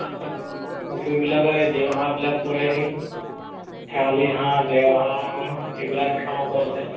পুখুৰীবিলাক আৰু এই দেওহাঁহবিলাক পৰেহি শেৱালি হাঁহ দেওহাঁহ হাঁহ সেইবিলাক চাব পৰা যায়